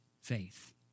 faith